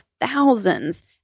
thousands